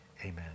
amen